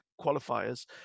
qualifiers